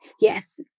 yes